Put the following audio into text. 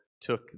took